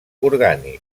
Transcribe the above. orgànics